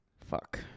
Fuck